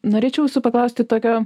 norėčiau jūsų paklausti tokio